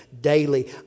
daily